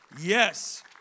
Yes